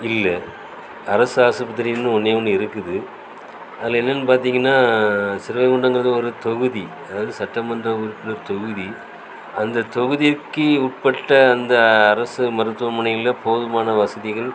இல்லை அரசு ஆஸ்பத்திரியின்னு ஒன்றே ஒன்று இருக்குது அதில் என்னென்று பார்த்திங்கன்னா சிறுவைகுண்டங்கிறது ஒரு தொகுதி அதாவது சட்டமன்ற உறுப்பினர் தொகுதி அந்த தொகுதிக்கு உட்பட்ட அந்த அரசு மருத்துவமனையில் போதுமான வசதிகள்